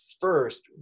first